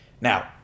Now